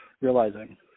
realizing